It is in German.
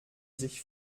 sich